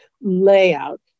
layout